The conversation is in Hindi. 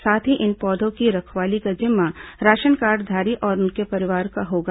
साथ ही इन पौधों की रखवाली का जिम्मा राशन कार्डधारी और उनके परिवार का होगा